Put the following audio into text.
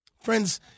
Friends